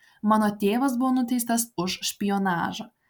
mano tėvas buvo nuteistas už špionažą